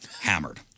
hammered